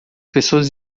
pessoas